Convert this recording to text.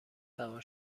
سوار